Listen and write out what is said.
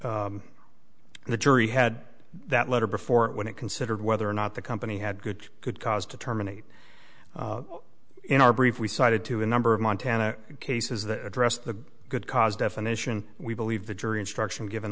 and the jury had that letter before it when it considered whether or not the company had good good cause to terminate in our brief we cited to a number of montana cases that addressed the good cause definition we believe the jury